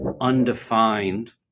undefined